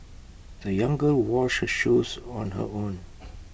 the young girl washed her shoes on her own